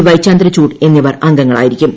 Y Chandrachud എന്നിവർ അംഗങ്ങളായിരിക്കും